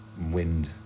wind